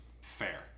fair